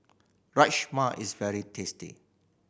rajma is very tasty